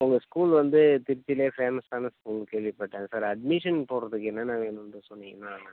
உங்கள் ஸ்கூல் வந்து திருச்சிலேயே ஃபேமஸான ஸ்கூல்னு கேள்விப்பட்டேன்ங்க சார் அட்மிஷன் போடுறதுக்கு என்னென்ன வேணும்ன்ட்டு சொன்னீங்கன்னா